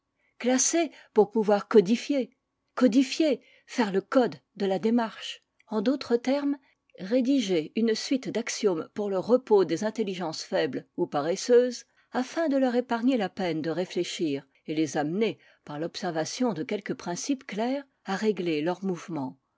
classer pour pouvoir codifier codifier faire le code de la démarche en d'autres termes rédiger une suite d'axiomes pour le repos des intelligences faibles ou paresseuses afin de leur épargner la peine de réfléchir et les amener par l'observation de quelques principes clairs à régler leurs mouvements